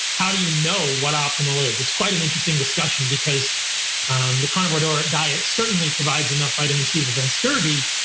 how do you know what optimal is? it's quite an interesting discussion because the carnivore ah diet certainly provides enough vitamin c to prevents scurvy,